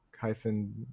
hyphen